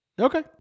Okay